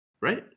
right